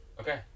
Okay